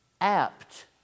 Apt